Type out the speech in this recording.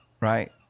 right